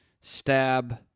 stab